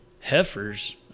heifers